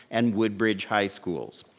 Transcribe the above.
and woodbridge high schools.